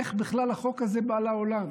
איך בכלל החוק הזה בא לעולם?